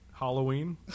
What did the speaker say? Halloween